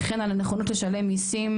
וכן על הנכונות לשלם מיסים,